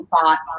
thoughts